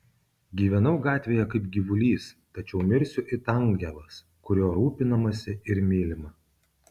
gyvenau gatvėje kaip gyvulys tačiau mirsiu it angelas kuriuo rūpinamasi ir mylima